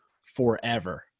forever